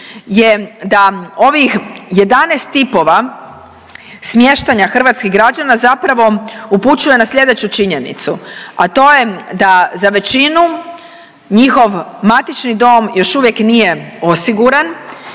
je da ovih 11 tipova smještanja hrvatskih građana zapravo upućuje na slijedeću činjenicu, a to je da za većinu njihov matični dom još uvijek nije osiguran